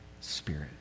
spirit